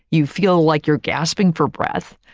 you feel like you're gasping for breath.